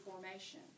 formation